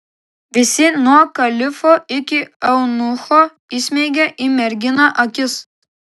visi nuo kalifo iki eunucho įsmeigė į merginą akis